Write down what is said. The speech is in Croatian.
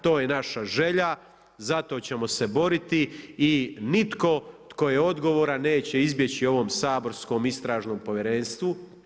To je naša želja, za to ćemo se boriti i nitko tko je odgovoran neće izbjeći ovom saborskom Istražnom povjerenstvu.